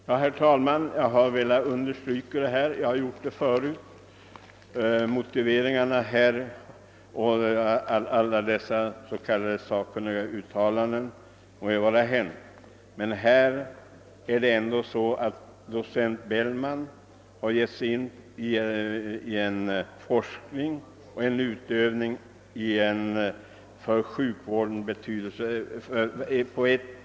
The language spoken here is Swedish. Jag har velat understryka dessa synpunkter, vilket jag har gjort förut. Oavsett de här anförda motiveringarna och vad som sägs i sakkunnigutlåtanden förhåller det sig ändå så, att docent Bellman har gett sig in i forskning och utövning på ett för sjukvården betydelsefullt område.